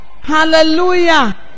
Hallelujah